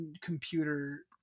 computer